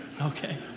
Okay